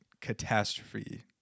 catastrophe